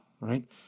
right